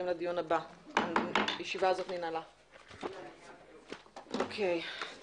הישיבה ננעלה בשעה 13:53.